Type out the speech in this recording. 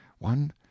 One